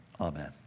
Amen